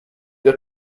der